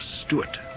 Stewart